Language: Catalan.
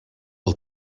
del